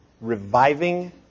reviving